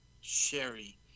Sherry